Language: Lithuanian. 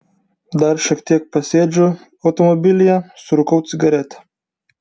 dar šiek tiek pasėdžiu automobilyje surūkau cigaretę